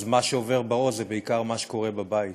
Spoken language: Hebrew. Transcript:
מה שעובר בראש זה בעיקר מה שעובר בבית